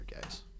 guys